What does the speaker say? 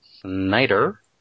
Snyder